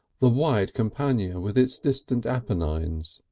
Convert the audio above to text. the wide campagna with its distant apennines,